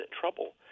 trouble